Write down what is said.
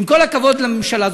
עם כל הכבוד לממשלה,